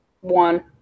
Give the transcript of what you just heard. One